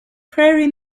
prairie